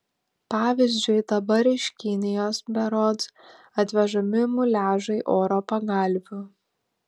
pavyzdžiui dabar iš kinijos berods atvežami muliažai oro pagalvių